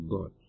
God